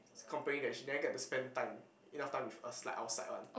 is complaining that she never get to spend time enough time with us like outside one